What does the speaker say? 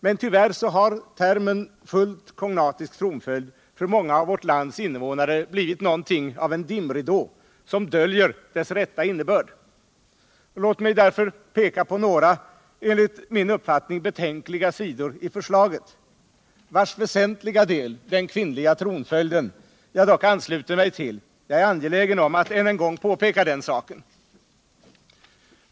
Men tyvärr har termen fullt kognatisk tronföljd för många av vårt lands invånare blivit något av en dimridå, som döljer dess rätta innebörd. Låt mig därför peka på några enligt min uppfattning betänkliga sidor i förslaget, vars väsentliga del, den kvinnliga tronföljden, jag dock ansluter mig till. Jag är angelägen om att än en gång påpeka den saken.